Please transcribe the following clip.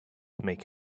make